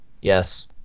Yes